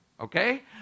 okay